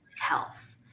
health